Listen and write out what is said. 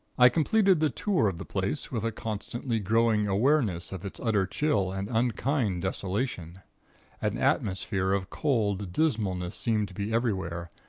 i completed the tour of the place, with a constantly growing awareness of its utter chill and unkind desolation an atmosphere of cold dismalness seemed to be everywhere,